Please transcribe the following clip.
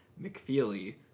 McFeely